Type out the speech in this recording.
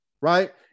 right